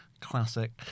Classic